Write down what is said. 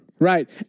Right